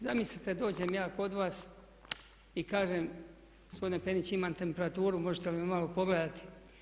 Zamislite, dođem ja kod vas i kažem gospodine Penić imam temperaturu, možete li me malo pogledati.